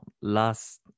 last